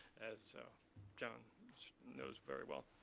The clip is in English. as so john knows very well.